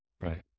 right